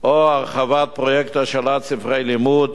או הרחבת פרויקט השאלת ספרי לימוד,